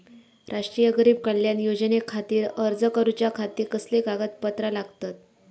राष्ट्रीय गरीब कल्याण योजनेखातीर अर्ज करूच्या खाती कसली कागदपत्रा लागतत?